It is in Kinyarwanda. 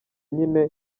nyine